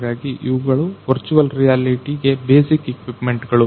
ಹಾಗಾಗಿ ಇವುಗಳು ವರ್ಚುವಲ್ ರಿಯಾಲಿಟಿಗೆ ಬೇಸಿಕ್ ಇಕ್ವಿಪ್ಮೆಂಟ್ ಗಳು